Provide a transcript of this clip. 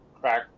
crack